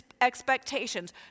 expectations